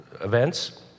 events